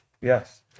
yes